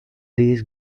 these